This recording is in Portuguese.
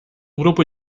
grupo